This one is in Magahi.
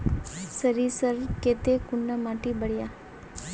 सरीसर केते कुंडा माटी बढ़िया?